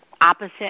opposite